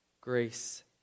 Grace